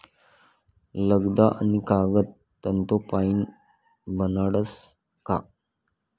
लगदा आणि कागद तंतूसपाईन बनाडतस का